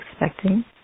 expecting